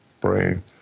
brain